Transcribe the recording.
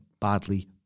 badly